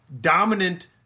dominant